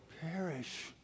perish